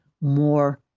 more